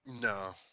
No